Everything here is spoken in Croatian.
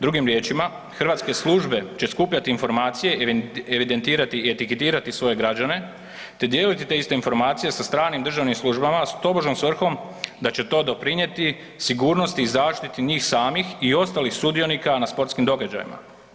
Drugim riječima hrvatske službe će skupljati informacije, evidentira i etiketirati svoje građane te dijeliti te iste informacije sa stranim državnim službama s tobožnjom svrhom da će to doprinijeti sigurnosti i zaštiti njih samih i ostalih sudionika na sportskim događajima.